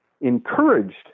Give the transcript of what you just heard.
encouraged